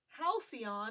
halcyon